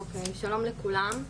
אוקי, שלום לכולם.